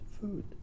food